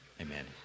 Amen